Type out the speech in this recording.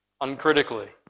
Uncritically